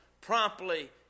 promptly